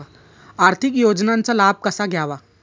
आर्थिक योजनांचा लाभ कसा घ्यावा?